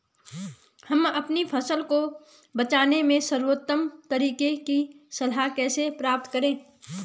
हम अपनी फसल को बचाने के सर्वोत्तम तरीके की सलाह कैसे प्राप्त करें?